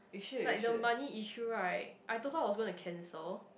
like the money issue right I thought how was going to cancel